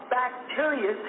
bacteria